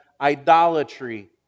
idolatry